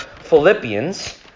Philippians